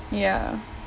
ya